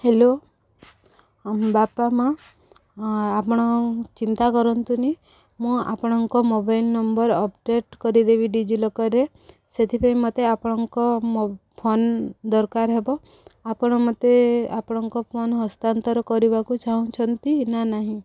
hello ବାପା ମା' ଆପଣ ଚିନ୍ତା କରନ୍ତୁନି ମୁଁ ଆପଣଙ୍କ ମୋବାଇଲ ନମ୍ବର ଅପଡ଼େଟ୍ କରିଦେବି ଡିଜିଲକରରେ ସେଥିପାଇଁ ମୋତେ ଆପଣଙ୍କ ଫୋନ ଦରକାର ହେବ ଆପଣ ମୋତେ ଆପଣଙ୍କ ଫୋନ୍ ହସ୍ତତାନ୍ତର କରିବାକୁ ଚାହୁଁଛନ୍ତି ନା ନାହିଁ